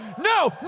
no